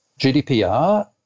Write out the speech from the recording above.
GDPR